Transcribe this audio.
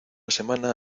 semana